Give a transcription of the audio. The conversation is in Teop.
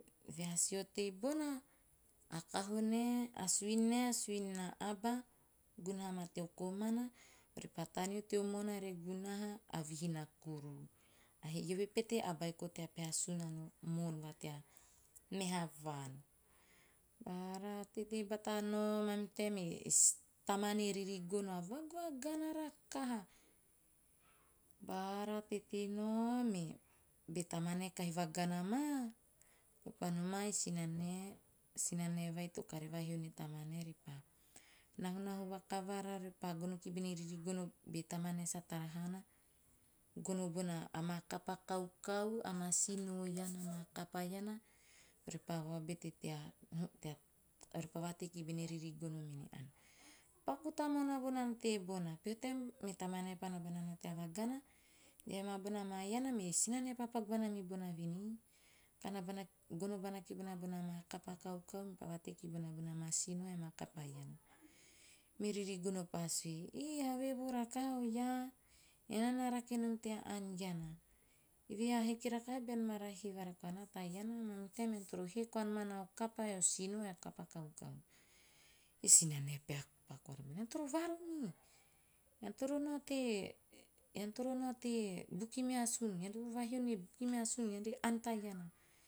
Eve he si otei bona a kaho nae ae suin nae a kaho nea aba, gunaha ma teo komana, taneo teo moona ore gunaha, a vihi nia kuru. Eove pete a beiko tea peha sunano moon va tea meha vaan. Bara teitei bata nao, mamihu taen e tamane ririgono a vag`vagana rakaha. Bara teitei nao me be tamanae kahi vagana maa, repa noma e sinanae, e sinanae vai to kare vahio nie tamanae repa nahunahu vakavara, repa gono kibene ririgono be tamanae sa tara haana, bona maa kapa kaukau bara maa sino iana bara kapa iana, repa vaobete tea orepa vatei kiboe ririgono mene ann. Paku tamuana vonana tebona. Peho taem me tamane pa naonao tea vagana, dee maa bona maa iana, me sinanae pa paku bana mibona venei, kana bana, gono bana kibona bona maa kapa` kaukau mepa vatei kibona bona maa sino ae amaa kapa iana. Me ririrgono pa sue, "eh, heve no rakaha oiaa? Enaa na rake nom tea ann iana, eve he a hiki rakaha bean mara hee vareko anaa ta iana. Mamihu taem ean toro heekoa nom anaa o kapa, o sino, ae o kapa kaukau." E sinanae pahena vakoara koa. "Ean toro vanu, ean toro note- ean toro note bukimeasun ean ro vahio e bukimeasun ean re ann ta iana!